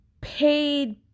paid